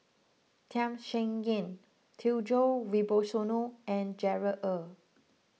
Tham Sien Yen Djoko Wibisono and Gerard Ee